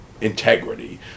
integrity